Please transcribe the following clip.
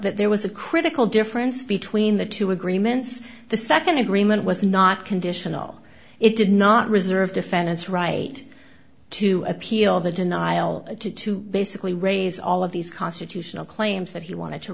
that there was a critical difference between the two agreements the nd agreement was not conditional it did not reserve defendant's right to appeal the denial to to basically raise all of these constitutional claims that he wanted to